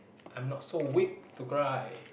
I'm not so weak to cry